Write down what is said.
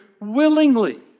willingly